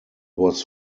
was